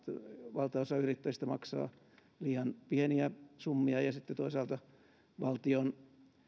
valtaosa yrittäjistä maksaa liian pieniä summia ja ja sitten toisaalta valtion